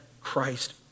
Christ